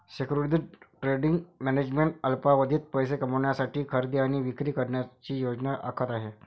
securities trading management अल्पावधीत पैसे कमविण्यासाठी खरेदी आणि विक्री करण्याची योजना आखत आहे